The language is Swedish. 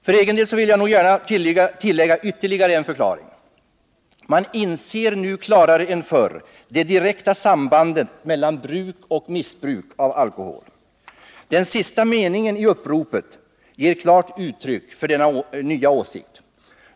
För egen del vill jag gärna tillägga ytterligare en förklaring: Man inser nu klarare än förr det direkta sambandet mellan bruk och missbruk av alkohol. Den sista meningen i uppropet ger klart uttryck för denna nya insikt.